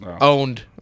owned